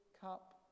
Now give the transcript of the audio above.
cup